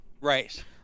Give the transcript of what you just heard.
right